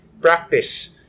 practice